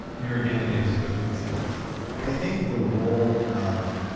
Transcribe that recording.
here again is christopher simmons i think the role of